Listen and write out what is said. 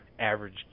average